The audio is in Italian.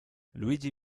luigi